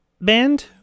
band